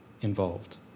involved